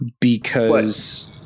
because-